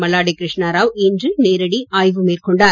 மல்லாடி கிருஷ்ணா ராவ் இன்று நேரடி ஆய்வு மேற்கொண்டார்